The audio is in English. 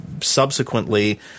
subsequently